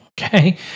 Okay